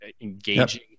engaging